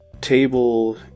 table